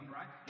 right